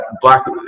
black